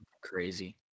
crazy